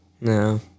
no